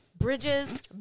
Bridges